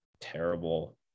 terrible